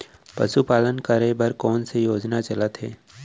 पशुपालन करे बर कोन से योजना चलत हे?